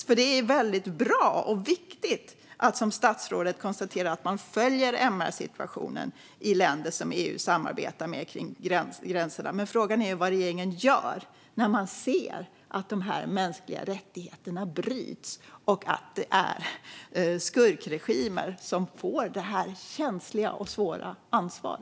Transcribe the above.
Som statsrådet konstaterar är det väldigt bra och viktigt att man följer MR-situationen i länder som EU samarbetar med kring gränserna, men frågan är vad regeringen gör när man ser att de mänskliga rättigheterna kränks och att det är skurkregimer som får detta känsliga och svåra ansvar.